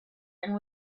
and